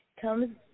comes